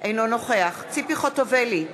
אינו נוכח ציפי חוטובלי,